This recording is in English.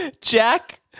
Jack